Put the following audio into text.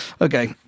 Okay